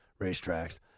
racetracks